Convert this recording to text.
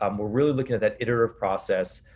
um we're really looking at that iterative process,